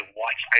watch